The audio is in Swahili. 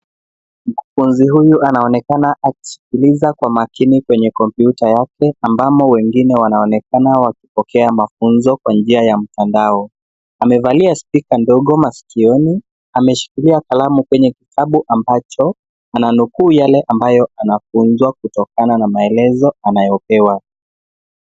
Mwanafunzi huyu anaonekana akiskiliza kwa makini kwenye kompyuta yake ambamo wengine wanaonekana wakipokea mafunzo kwa njia ya mtandao. Amevalia spika ndogo masikioni. Ameshikilia kalamu kwenye kitabu ambacho ananukuu yale ambayo anafunzwa kutokana na maelezo anayopewa.